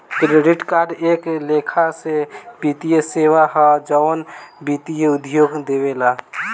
credit card एक लेखा से वित्तीय सेवा ह जवन वित्तीय उद्योग देवेला